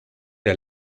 der